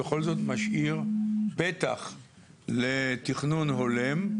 בכל זאת משאיר פתח לתכנון הולם,